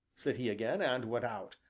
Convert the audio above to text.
said he again, and went out,